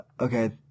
Okay